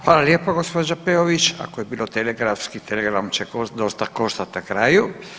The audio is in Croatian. Hvala lijepo gospođa Peović, ako je bilo telegrafski telegram će dosta koštati na kraju.